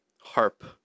Harp